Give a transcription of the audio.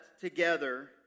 together